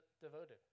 devoted